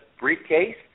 briefcase